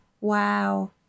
wow